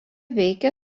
veikė